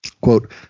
Quote